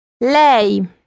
Lei